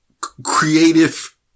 creative